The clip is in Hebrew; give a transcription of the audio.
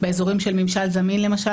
באזורים של ממשל זמין למשל,